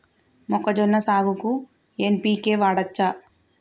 మొక్కజొన్న సాగుకు ఎన్.పి.కే వాడచ్చా?